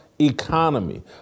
economy